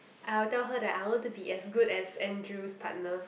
I will tell her that I want to be as good as Andrew's partner